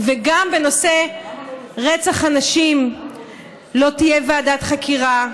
וגם בנושא רצח הנשים לא תהיה ועדת חקירה,